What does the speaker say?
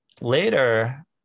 later